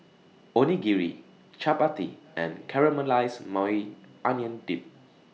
Onigiri Chapati and Caramelized Maui Onion Dip